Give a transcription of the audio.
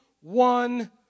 one